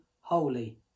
holy